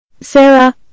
Sarah